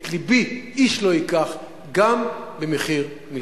את לבי איש לא ייקח, גם במחיר מלחמה.